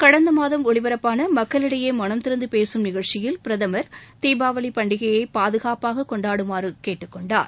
கடந்தமாதம் மாதம் ஒலிபரப்பான மக்களிடையே மனம் திறந்து பேசும் நிகழ்ச்சியில் பிரதமா் தீபாவளிப் பண்டிகையை பாதுகாப்பாக கொண்டாடடுமாறு கேட்டுக் கொண்டார்